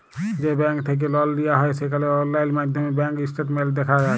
যে ব্যাংক থ্যাইকে লল লিয়া হ্যয় সেখালে অললাইল মাইধ্যমে ব্যাংক ইস্টেটমেল্ট দ্যাখা যায়